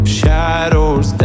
shadows